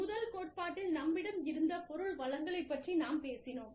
முதல் கோட்பாட்டில் நம்மிடம் இருந்த பொருள் வளங்களை பற்றி நாம் பேசினோம்